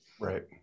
Right